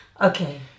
Okay